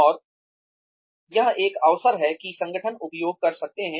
और यह एक अवसर है कि संगठन उपयोग कर सकते हैं